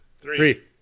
three